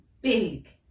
big